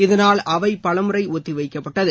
இதனால் அவை பலமுறை ஒத்திவைக்கப்பட்டது